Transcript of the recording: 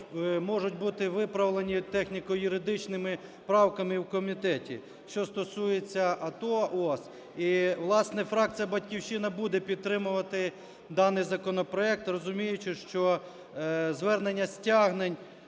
можуть бути виправлені техніко-юридичними правками в комітеті, що стосується АТО – ООС. І, власне, фракція "Батьківщина" буде підтримувати даний законопроект, розуміючи, що звернення стягнень